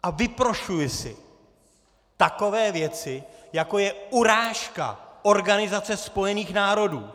A vyprošuji si takové věci, jako je urážka Organizace spojených národů!